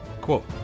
Quote